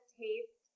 taste